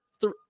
three